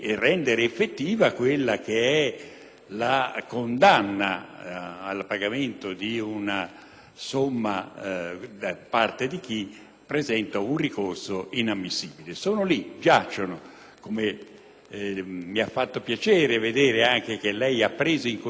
la condanna al pagamento di una somma da parte di chi presenta un ricorso inammissibile. I disegni di legge sono lì, giacciono. Mi ha fatto piacere anche vedere che lei ha preso in considerazione la difesa